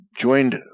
joined